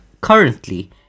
currently